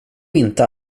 inte